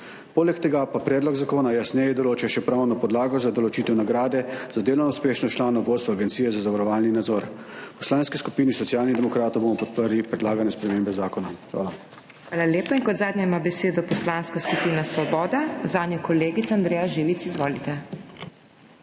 Poleg tega pa predlog zakona jasneje določa še pravno podlago za določitev nagrade za delovno uspešnost članov vodstva Agencije za zavarovalni nadzor. V Poslanski skupini Socialnih demokratov bomo podprli predlagane spremembe zakona. Hvala. PODPREDSEDNICA MAG. MEIRA HOT: Hvala lepa. Kot zadnja ima besedo Poslanska skupina Svoboda, zanjo kolegica Andreja Živic. Izvolite.